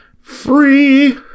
free